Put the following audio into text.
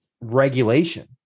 regulation